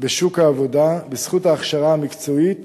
בשוק העבודה בזכות ההכשרה המקצועית